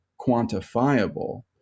quantifiable